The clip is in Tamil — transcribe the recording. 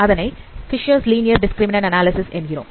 அதனை பிக்சர்ஸ் லீனியர் டிஸ்கிரிமினன் அனாலிசிஸ் என்கிறோம்